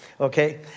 okay